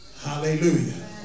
Hallelujah